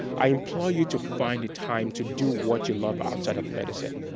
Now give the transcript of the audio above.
i implore you to find a time to do what you love outside of medicine.